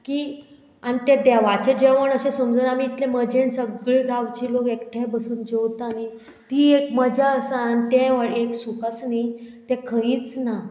की आनी तें देवाचें जेवण अशें समजून आमी इतले मजेन सगळे गांवचे लोक एकठांय बसून जेवता न्ही ती एक मजा आसा आनी तें एक सूख आसा न्ही तें खंयच ना